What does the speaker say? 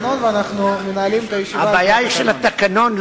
הבעיה היא של התקנון.